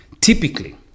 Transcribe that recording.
typically